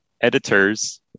editors